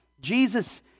Jesus